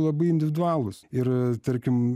labai individualūs ir tarkim